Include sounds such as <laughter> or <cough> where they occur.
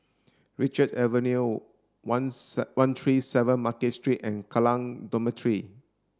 Richard Avenue one <unintelligible> one three seven Market Street and Kallang Dormitory